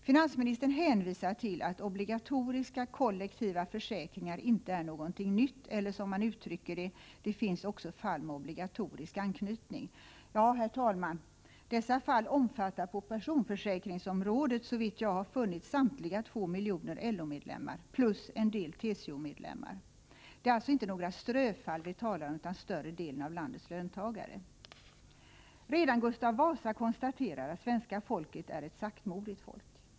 Finansministern hänvisar till att obligatoriska, kollektiva försäkringar inte är någonting nytt eller — som han uttrycker 'det — ”det finns också fall med obligatorisk anknytning”. Ja, herr talman, dessa fall omfattar på personförsäkringsområdet, såvitt jag har funnit, samtliga 2 miljoner LO-medlemmar, plus en del TCO-medlemmar. Det är alltså inte några ströfall vi talar om, utan det gäller större delen av landets löntagare. Redan Gustav Vasa konstaterade att svenska folket är ett saktmodigt folk.